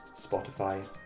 Spotify